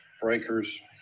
breakers